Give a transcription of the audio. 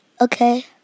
Okay